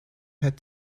had